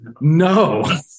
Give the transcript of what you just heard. No